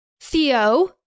Theo